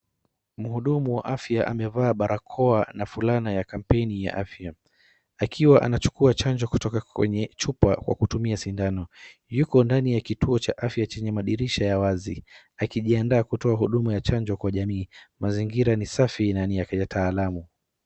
Mhudumu wa afya amevaa barakoa na fulana ya kampeni ya afya, akiwa anachukua chanjo kutoka kwenye chupa kwa kutumia sindano. Yuko ndani ya kituo cha afya chenye madirisha ya wazi, akijiandaa kutoa huduma ya chanjo kwa jamii. Mazingira ni safi na ni ya kitaalamu.